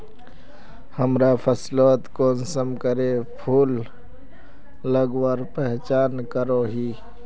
हमरा फसलोत कुंसम करे फूल लगवार पहचान करो ही?